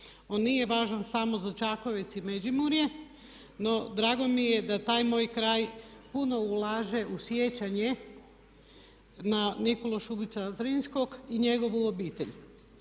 On nije važan samo za Čakovec i Međimurje no drago mi je da taj moj kraj puno ulaže u sjećanje na Nikolu Šubića Zrinskog i njegovu obitelj.